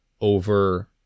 over